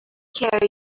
care